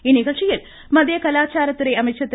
இந்நிகழ்ச்சியில் மத்திய கலாச்சாரத்துறை அமைச்சர் திரு